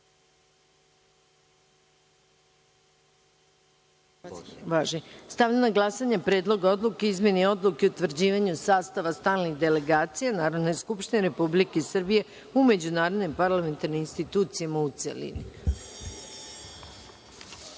na glasanje Predlog odluke o izmeni Odluke o utvrđivanju sastava stalnih delegacija Narodne skupštine Republike Srbije u međunarodnim parlamentarnim institucijama u